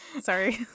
Sorry